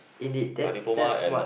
indeed that's that's what